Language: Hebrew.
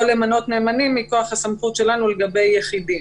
או למנות נאמנים מכוח הסמכות שלנו לגבי יחידים.